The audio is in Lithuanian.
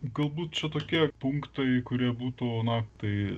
galbūt čia tokie punktai kurie būtų na tai